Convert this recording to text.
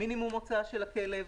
מינימום הוצאה של הכלב,